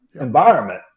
environment